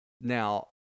now